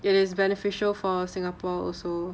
it is beneficial for singapore also